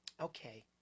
okay